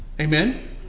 Amen